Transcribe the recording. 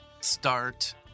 start